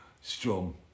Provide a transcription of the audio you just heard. Strong